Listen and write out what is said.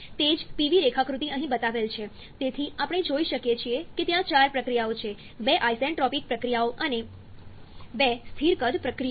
તે જ Pv રેખાકૃતિ અહીં બતાવેલ છે તેથી આપણે જોઈ શકીએ છીએ કે ત્યાં ચાર પ્રક્રિયાઓ છે બે આઇસેન્ટ્રોપિક પ્રક્રિયાઓ અને બે સ્થિર કદ પ્રક્રિયાઓ